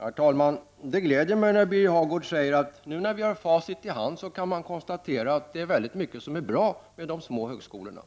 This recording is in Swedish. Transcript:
Herr talman! Det gläder mig att Birger Hagård säger att nu när vi har facit i hand kan man konstatera att det är väldigt mycket som är bra med de små högskolorna.